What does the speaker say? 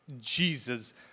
Jesus